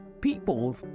people